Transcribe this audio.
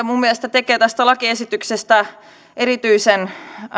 minun mielestäni tekee tästä lakiesityksestä erityisen